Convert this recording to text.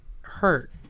hurt